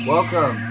Welcome